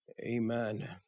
Amen